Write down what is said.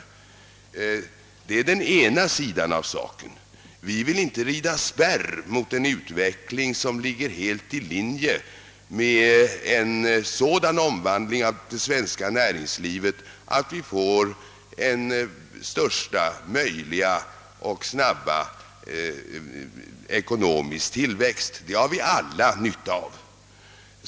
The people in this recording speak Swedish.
Det är den ena sidan av saken. Vi vill inte rida spärr mot en utveckling som ligger helt i linje med en sådan omvandling av det svenska näringslivet, att vi får största möjliga och snabbast möjliga ekonomiska tillväxt. Detta är ju något som vi alla har nytta av.